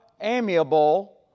amiable